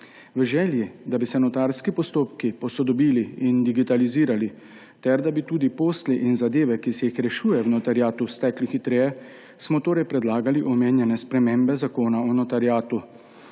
V želji, da bi se notarski postopki posodobili in digitalizirali ter da bi tudi posli in zadeve, ki se jih rešuje v notariatu, stekli hitreje, smo torej predlagali omenjene spremembe Zakona o notariatu.